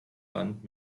band